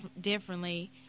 differently